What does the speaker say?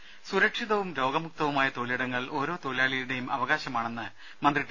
രുമ സുരക്ഷിതവും രോഗമുക്തവുമായ തൊഴിലിടങ്ങൾ ഓരോ തൊഴിലാളിയുടെയും അവകാശമാണെന്ന് മന്ത്രി ടി